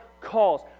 calls